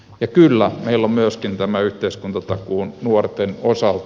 ja kyllä meillä on myöskin tämä yhteiskuntatakuu nuorten osalta